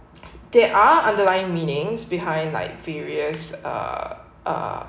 there are underlying meanings behind like various uh uh